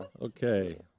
okay